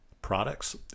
products